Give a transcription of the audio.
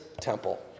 temple